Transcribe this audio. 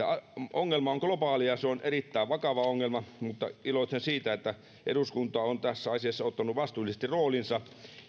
ongelma on globaali ja se on erittäin vakava ongelma mutta iloitsen siitä että eduskunta on tässä asiassa ottanut vastuullisesti roolinsa